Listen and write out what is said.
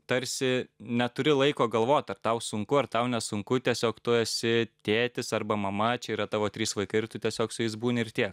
tarsi neturi laiko galvot ar tau sunku ar tau nesunku tiesiog tu esi tėtis arba mama čia yra tavo trys vaikai ir tu tiesiog su jais būni ir tiek